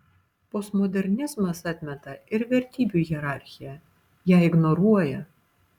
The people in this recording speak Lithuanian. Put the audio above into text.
postmodernizmas atmeta ir vertybių hierarchiją ją ignoruoja